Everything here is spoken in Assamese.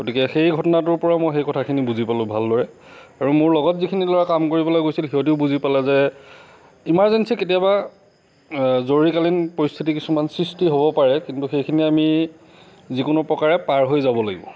গতিকে সেই ঘটনাটোৰ পৰা মই সেই কথাখিনি বুজি পালোঁ ভালদৰে আৰু মোৰ লগত যিখিনি ল'ৰাই কাম কৰি কৰিবলৈ গৈছিল সিহঁতিও বুজি পালে যে ইমাজেঞ্চি কেতিয়াবা জৰুৰীকালীন পৰিস্থিতি কিছুমান সৃষ্টি হ'ব পাৰে কিন্তু সেইখিনি আমি যিকোনো প্ৰকাৰে পাৰ হৈ যাব লাাগিব